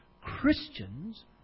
Christians